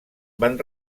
van